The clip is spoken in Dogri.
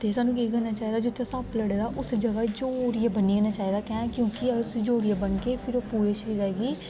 ते सानू केह् करना चाहिदा जित्थे सप्प लडे दे उसे जगह जरियै बनी ओड़ना चाहिदा कें क्योकि अगर उसी जोरियै बनगे नेईं ते ओह् पूरे शरीरे गी